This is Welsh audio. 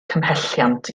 cymhelliant